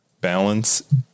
Balance